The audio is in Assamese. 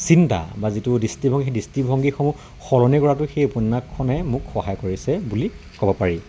চিন্তা বা যিটো দৃষ্টিভংগী সেই দৃষ্টিভংগীসমূহ সলনি কৰাটো সেই উপন্যাসখনে মোক সহায় কৰিছে বুলি ক'ব পাৰি